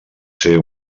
ser